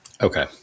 Okay